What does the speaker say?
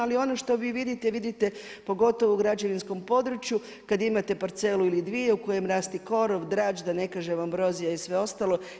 Ali ono što vi vidite, vidite pogotovo u građevinskom području, kada imate parcelu ili dvije u kojem raste korov, drač, da ne kažem ambrozija i sve ostalo.